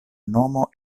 nomo